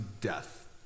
death